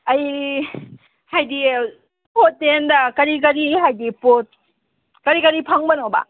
ꯑꯩ ꯍꯥꯏꯗꯤ ꯍꯣꯇꯦꯜꯗ ꯀꯔꯤ ꯀꯔꯤ ꯍꯥꯏꯗꯤ ꯄꯣꯠ ꯀꯔꯤ ꯀꯔꯤ ꯐꯪꯕꯅꯣꯕ